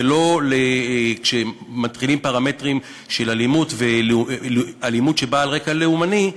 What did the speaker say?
ולא כשמתחילים פרמטרים של אלימות שבאה על רקע לאומני,